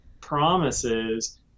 promises